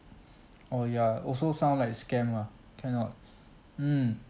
oh ya also sound like scam ah cannot mm